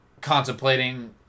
contemplating